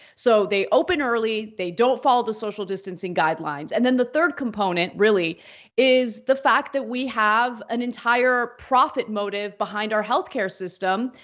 so they opened early, they don't follow the social distancing guidelines. and then the third component really is the fact that we have an entire profit motive behind our healthcare system,